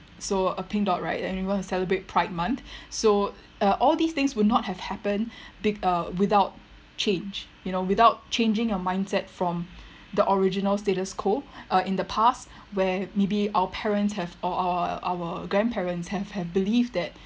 so uh pink dot right anyone who celebrate pride month so uh all these things would not have happened be~ uh without change you know without changing your mindset from the original status quo uh in the past where maybe our parents have or our our grandparents have have believed that